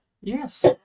Yes